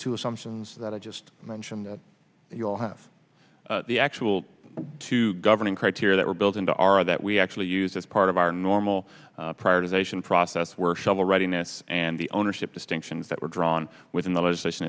two assumptions that i just mentioned you all have the actual two governing criteria that were built into our that we actually use as part of our normal prior decision process where shovel ready nets and the ownership distinctions that were drawn within the legislation